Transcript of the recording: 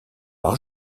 par